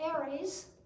Aries